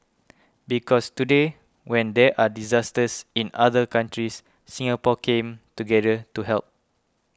because today when there are disasters in other countries Singapore came together to help